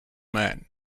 man